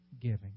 giving